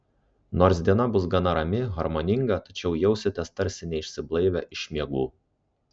nors diena bus gana rami harmoninga tačiau jausitės tarsi neišsiblaivę iš miegų